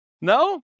no